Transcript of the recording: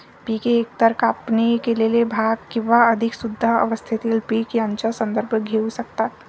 पिके एकतर कापणी केलेले भाग किंवा अधिक शुद्ध अवस्थेतील पीक यांचा संदर्भ घेऊ शकतात